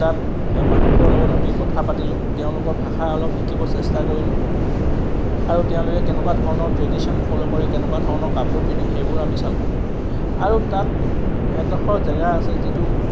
তাত মানুহবোৰৰ লগত আমি কথা পাতিলোঁ তেওঁলোকৰ ভাষা অলপ শিকিবলৈ চেষ্টা কৰিলোঁ আৰু তেওঁলোকে কেনেকুৱা ধৰণৰ ট্ৰেডিশ্যন ফল' কৰে কেনেকুৱা ধৰণৰ কাপোৰ পিন্ধে সেইবোৰ আমি চালোঁ আৰু তাত এডোখৰ জেগা আছে যিটো